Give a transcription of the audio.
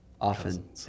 often